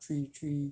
three three